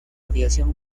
aviación